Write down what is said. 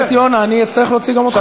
חבר הכנסת יונה, אני אצטרך להוציא גם אותך.